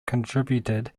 contributed